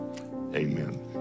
amen